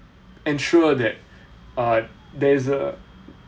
ensure that uh there is a